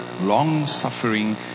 long-suffering